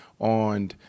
on